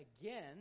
again